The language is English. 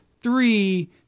Three